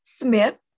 Smith